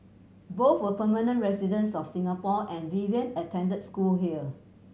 both were permanent residents of Singapore and Vivian attend school here